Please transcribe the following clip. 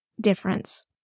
difference